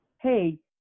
hey